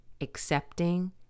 accepting